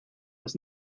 was